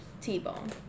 t-bone